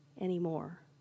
anymore